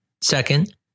Second